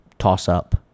toss-up